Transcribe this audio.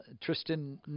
Tristan